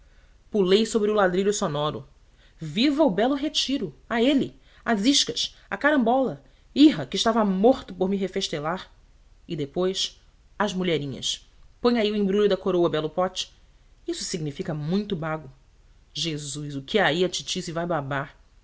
pulei sobre o ladrilho sonoro viva o belo retiro a ele às iscas à carambola irra que estava morto por me refestelar e depois às mulherinhas põe aí o embrulho da coroa belo pote isso significa muito bago jesus o que aí a titi se vai babar